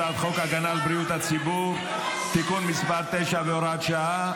הצעת חוק הגנה על בריאות הציבור (מזון) (תיקון מס' 9 והוראת שעה),